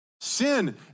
Sin